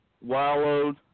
wallowed